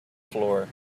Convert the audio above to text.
floor